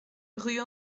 rue